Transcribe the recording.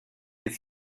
les